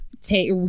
take